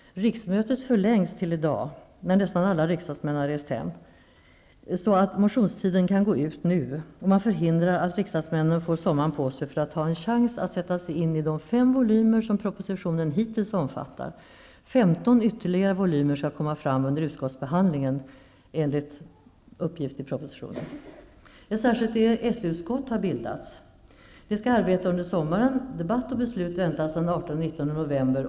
Riksmötet förlängs till i dag när nästan alla riksdagsmän har rest hem, så att motionstiden kan gå ut nu, och man förhindrar att riksdagsmännen får sommaren på sig för att ha en chans att sätta sig in i de fem volymer som propositionen hittills omfattar. Femton ytterligare volymer skall komma fram under utskottsbehandlingen enligt uppgift i propositionen. Ett särskilt EES-utskott har bildats. Det skall arbeta under sommaren. Debatt och beslut väntas den 18--19 november.